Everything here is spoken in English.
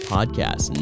Podcast